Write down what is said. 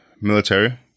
military